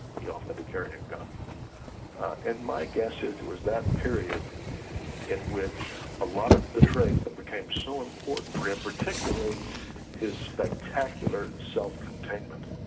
he often had to carry a gun and my guess is it was that period in which a lot of the traits that became so important for him particularly his spectacular self-containment.